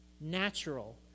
natural